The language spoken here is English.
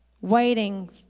waiting